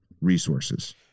resources